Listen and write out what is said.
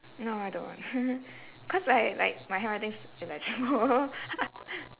no I don't cause like like my handwriting's like jumbled